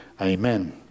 Amen